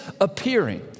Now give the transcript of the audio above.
appearing